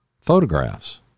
photographs